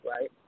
right